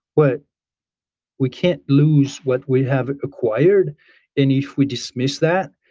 but we can't lose what we have acquired and if we dismiss that,